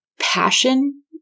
passion